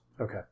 Okay